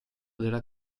della